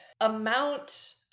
amount